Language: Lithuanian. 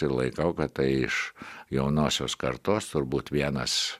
ir laikau kad tai iš jaunosios kartos turbūt vienas